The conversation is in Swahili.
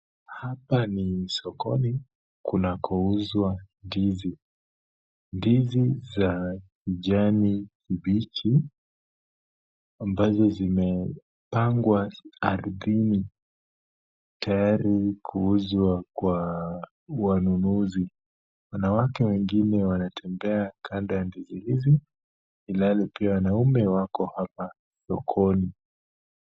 Hapa ni sokoni, kuna kuuzwa ndizi . Ndizi za kijani kibichi, ambazo zimepangwa ardhini tayari kuuzwa kwa wanunuzi. Wanawake wengine wanatembea kando ya ndizi hizi, ilhali pia wanaume wako hapa sokoni.